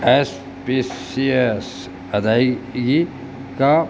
S P C S ادائیگی کا